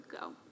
go